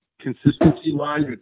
consistency-wise